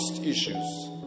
issues